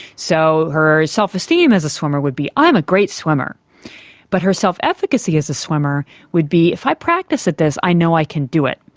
so her self-esteem as a swimmer would be, i'm a great swimmer but her self-efficacy as a swimmer would be, if i practice at this i know i can do it.